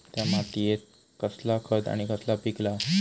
त्या मात्येत कसला खत आणि कसला पीक लाव?